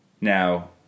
Now